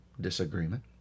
disagreement